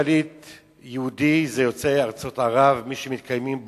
הצעת חוק לשמירה על זכויותיהם לפיצוי של פליטים יהודים יוצאי ארצות ערב.